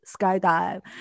skydive